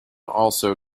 also